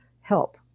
help